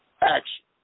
Action